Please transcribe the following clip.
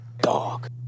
Dog